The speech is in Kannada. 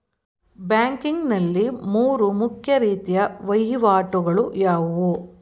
ಬ್ಯಾಂಕಿಂಗ್ ನಲ್ಲಿ ಮೂರು ಮುಖ್ಯ ರೀತಿಯ ವಹಿವಾಟುಗಳು ಯಾವುವು?